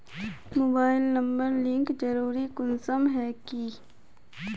Mobile number link जरुरी कुंसम है की?